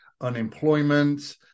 unemployment